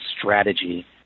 strategy